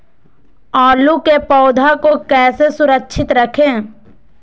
आलू के पौधा को कैसे सुरक्षित रखें?